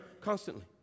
Constantly